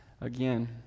again